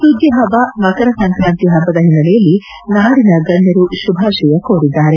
ಸುಗ್ಗಿಹಬ್ಬ ಮಕರ ಸಂಕ್ರಾಂತಿ ಹಬ್ಬದ ಹಿನ್ನೆಲೆಯಲ್ಲಿ ನಾಡಿನ ಗಣ್ಣರು ಶುಭಾಶಯ ಕೋರಿದ್ದಾರೆ